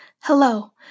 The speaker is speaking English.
Hello